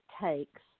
takes